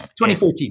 2014